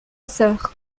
sœur